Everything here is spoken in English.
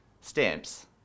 stamps